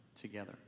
together